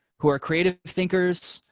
who are creative thinkers,